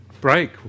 break